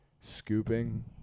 scooping